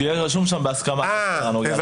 שיהיה רשום שם בהסכמה --- זה הכול.